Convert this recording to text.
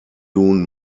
nun